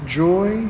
joy